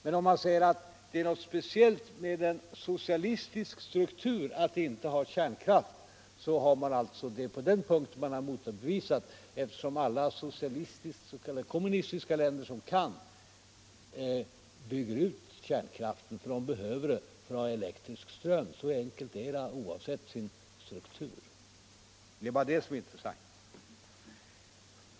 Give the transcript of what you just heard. Men när han säger att det är något karakteristiskt för en socialistisk struktur att inte utnyttja kärnkraft, har han motbevisats, eftersom alla kommunistiska länder som kan bygger ut kärnkraften därför att de behöver den för att få elektrisk ström. Så enkelt är det. Det var detta som var intressant.